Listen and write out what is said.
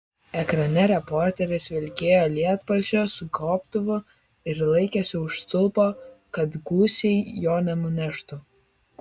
ekrane reporteris vilkėjo lietpalčiu su gobtuvu ir laikėsi už stulpo kad gūsiai jo nenuneštų